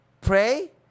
pray